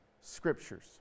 scriptures